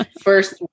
First